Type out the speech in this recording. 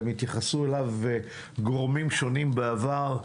גורמים שונים בעבר,